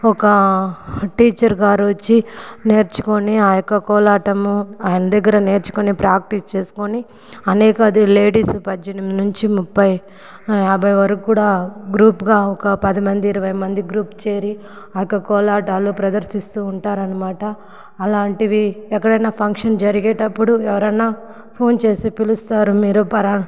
ఒక టీచర్ గారు వచ్చి నేర్చుకొని ఆ యొక్క కోలాటము ఆయన దగ్గర నేర్చుకుని ప్రాక్టీస్ చేసుకుని అనేక అదే లేడీసు పద్దెనిమిది నుంచి ముప్పై యాభై వరకు కూడా గ్రూప్గా ఒక పది మంది ఇరవై మంది గ్రూప్ చేరి అక్క ఆ యొక్క కోలాటాలు ప్రదర్శిస్తూ ఉంటారు అనమాట అలాంటివి ఎక్కడైనా ఫంక్షన్ జరిగేటప్పుడు ఎవరైనా ఫోన్ చేస్తే పిలుస్తారు మీరు పర